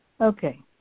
Okay